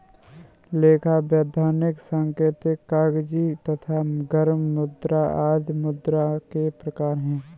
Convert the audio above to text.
लेखा, वैधानिक, सांकेतिक, कागजी तथा गर्म मुद्रा आदि मुद्रा के प्रकार हैं